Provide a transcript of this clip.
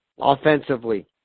offensively